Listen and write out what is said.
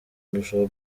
ndushaho